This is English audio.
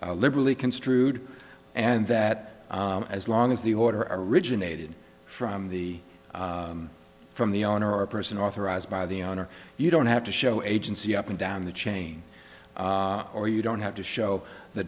be liberally construed and that as long as the order originated from the from the owner or person authorized by the owner you don't have to show agency up and down the chain or you don't have to show the